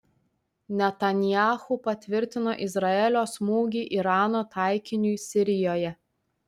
netanyahu patvirtino izraelio smūgį irano taikiniui sirijoje